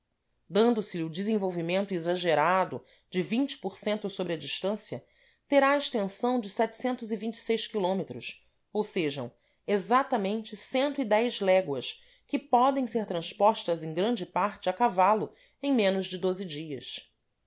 dando se lhe o desenvolvimento exagerado de sobre a distância terá a extensão de km ou sejam exatamente léguas que podem ser transpostas em grande parte a cavalo em menos de doze dias